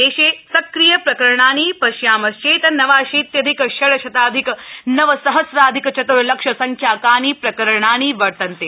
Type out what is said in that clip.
देशे सक्रिय प्रकरणानि श्यामश्चेत् नवाशीत्यधिक षड् शताधिक नव सहस्राधिक चत्र्लक्ष संख्याकानि प्रकरणानि वर्तन्ते